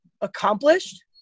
accomplished